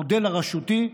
המודל הרשותי,